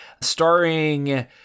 starring